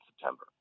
September